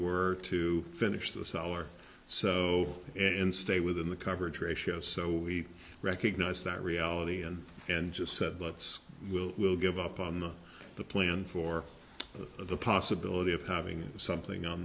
were to finish this hour or so in stay within the coverage ratio so we recognize that reality and and just said let's we'll we'll give up on the the plan for the possibility of having something on